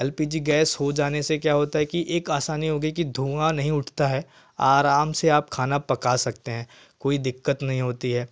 L P G gas हो जाने से क्या होता है कि एक आसानी हो गई कि धुँआ नहीं उठता हैं आराम से आप खाना पका सकते हैं कोई दिक्कत नहीं होती है